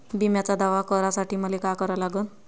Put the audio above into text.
बिम्याचा दावा करा साठी मले का करा लागन?